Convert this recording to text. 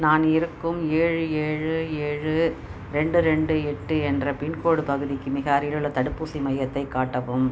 நான் இருக்கும் ஏழு ஏழு ஏழு இரண்டு இரண்டு எட்டு என்ற பின்கோட் பகுதிக்கு மிக அருகிலுள்ள தடுப்பூசி மையத்தை காட்டவும்